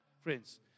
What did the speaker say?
friends